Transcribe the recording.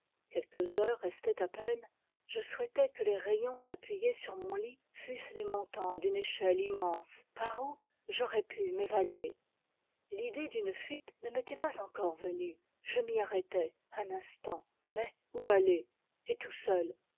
quelques heures restaient à peine je souhaitais que les rayons appuyés sur mon lit fussent les montants d'une échelle immense par où j'aurais pu m'évader l'idée d'une fuite ne m'était pas encore venue je m'y arrêtai un instant mais où aller et tout seul